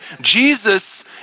Jesus